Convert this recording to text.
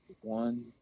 one